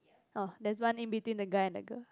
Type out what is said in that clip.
orh there's one in between the guy and the girl